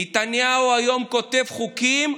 נתניהו היום כותב חוקים,